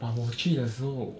but 我去的时候